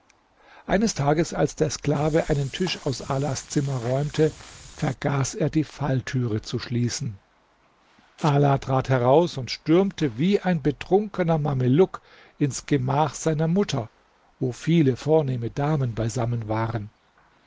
eines tages als der sklave einen tisch aus alas zimmer räumte vergaß er die falltüre zu schließen ala trat heraus und stürmte wie ein betrunkener mameluck ins gemach seiner mutter wo viele vornehme damen beisammen waren